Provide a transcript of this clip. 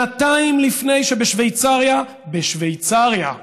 שנתיים לפני שבשוויצריה, בשוויצריה,